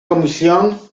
comisión